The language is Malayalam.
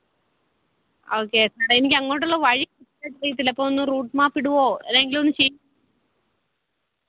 ഓക്കേ സാർ എനിക്ക് അങ്ങോട്ടുള്ള വഴി കൃത്യമായിട്ട് അറിയത്തില്ല അപ്പോഴൊന്ന് റൂട്ട് മാപ്പിടുകയോ അല്ലെങ്കിലൊന്ന്